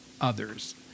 others